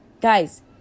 Guys